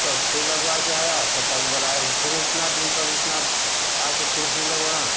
तब सुई लगवा कर आया तो कह कर बुलाए फिर इतना दिन पर इतना आ कर फिर सुई लगवाना